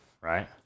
right